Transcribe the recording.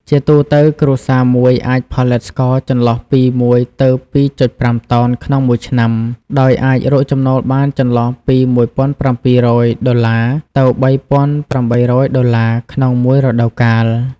ជាទូទៅ គ្រួសារមួយអាចផលិតស្ករចន្លោះពី១ទៅ២,៥តោន ក្នុងមួយឆ្នាំ ដោយអាចរកចំណូលបានចន្លោះពី១៧០០ដុល្លារទៅ៣៨០០ដុល្លារ ក្នុងមួយរដូវកាល។